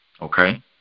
Okay